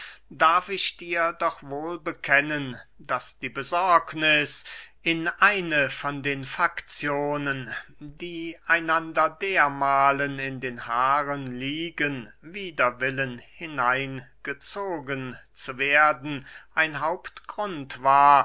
darf ich dir doch wohl bekennen daß die besorgniß in eine von den fakzionen die einander dermahlen in den haaren liegen wider willen hineingezogen zu werden ein hauptgrund war